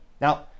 Now